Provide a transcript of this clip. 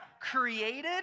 created